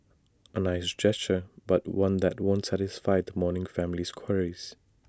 A nice gesture but one that won't satisfy the mourning family's queries